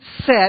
set